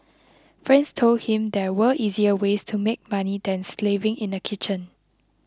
friends told him there were easier ways to make money than slaving in a kitchen